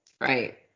Right